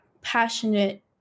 passionate